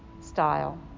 style